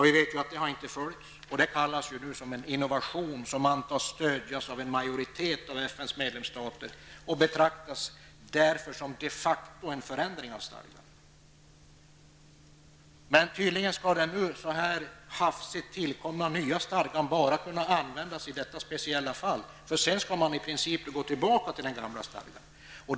Vi vet att den proceduren inte har följts, och det kallas ju nu för en innovation, som antas stödjas av en majoritet av FNs medlemsstater och därför betraktas som ''de facto en förändring av stadgan''. Men tydligen skall den nu så hafsigt tillkomna nya stadgan bara kunna användas i detta speciella fall. Sedan skall man i princip gå tillbaka till den gamla stadgan.